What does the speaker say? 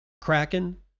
Kraken